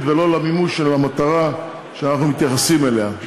ולא למימוש של המטרה שאנחנו מתייחסים אליה.